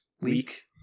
leak